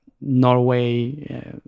Norway